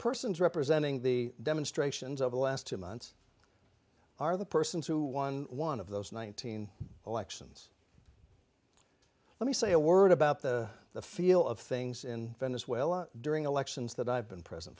persons representing the demonstrations over the last two months are the persons who won one of those nineteen elections let me say a word about the the feel of things in venezuela during elections that i've been present